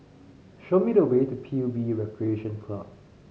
show me the way to P U B Recreation Club